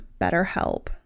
BetterHelp